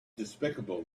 despicable